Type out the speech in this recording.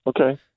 Okay